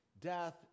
death